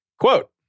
Quote